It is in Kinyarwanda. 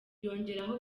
yongeraho